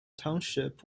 township